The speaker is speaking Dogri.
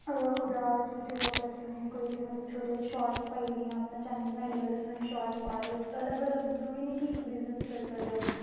ओह्दे यूट्यूब उप्पर तुसें कोई बी मतलब छोटे जेह् शॉटस पाई ओड़नियां अपना चैनल बनाई लैओ ते तुस शॉटस पा दे ओ अलग अलग जरूरी निं ऐ कि इक बिज़नस ही करी सकदे ओ